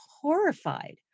horrified